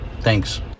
Thanks